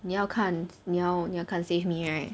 你要看你要你要看 save me right